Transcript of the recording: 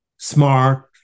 smart